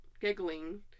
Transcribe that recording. giggling